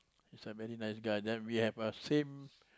he's a very nice guy then we have the same